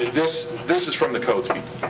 this this is from the codes